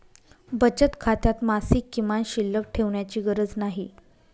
बचत खात्यात मासिक किमान शिल्लक ठेवण्याची गरज नाही